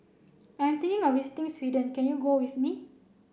I'm thinking of visiting Sweden can you go with me